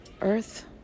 earth